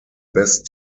best